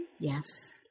Yes